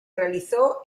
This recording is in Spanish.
realizó